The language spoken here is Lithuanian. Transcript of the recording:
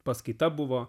paskaita buvo